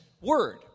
word